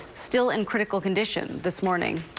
still in critical condition this morning.